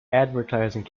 advertising